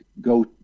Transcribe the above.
go